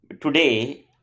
today